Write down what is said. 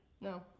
No